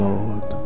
Lord